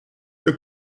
que